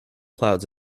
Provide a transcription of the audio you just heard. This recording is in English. clouds